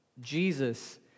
Jesus